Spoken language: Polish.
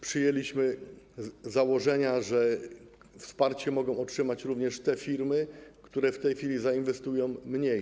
Przyjęliśmy założenie, że wsparcie mogą otrzymać również te firmy, które w tej chwili zainwestują mniej.